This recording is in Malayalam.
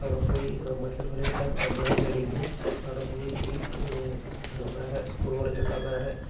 അവിടെ പോയി മത്സരങ്ങളിലെല്ലാം സമ്മാനം നേടിയെങ്കിലും അവിടെ പോയി ഈ വേറെ സ്കൂളുകളിലുള്ള വേറെ